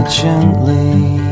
gently